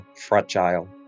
fragile